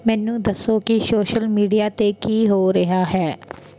ਮੈਨੂੰ ਦੱਸੋ ਕੀ ਸੋਸ਼ਲ ਮੀਡੀਆ 'ਤੇ ਕੀ ਹੋ ਰਿਹਾ ਹੈ